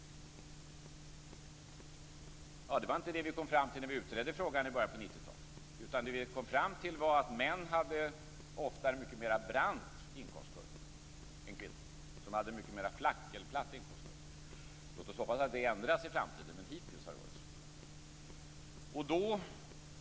Det var inte det vi kom fram till när vi utredde frågan i början på 1990-talet. Det vi kom fram till var att män ofta hade en brantare inkomstkurva än kvinnor, som ofta hade en flack inkomstkurva. Låt oss hoppas att det ändras i framtiden. Hittills har det varit så.